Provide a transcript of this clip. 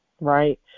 right